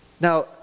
Now